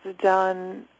done